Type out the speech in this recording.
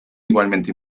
igualmente